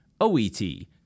OET